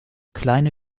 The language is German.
kleine